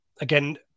again